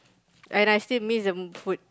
and I still miss the food